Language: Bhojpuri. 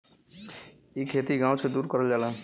इ खेती गाव से दूर करल जाला